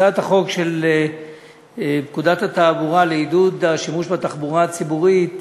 הצעת החוק של פקודת התעבורה לעידוד השימוש בתחבורה הציבורית,